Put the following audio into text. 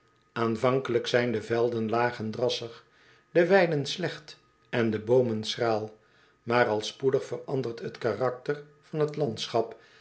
aanvankelijk zijn de velden laag en drassig de weiden slecht en de boomen schraal maar al spoedig verandert het karakter van het landschap